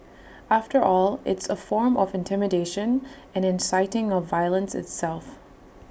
after all it's A form of intimidation and inciting of violence itself